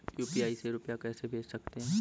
UPI से रुपया कैसे भेज सकते हैं?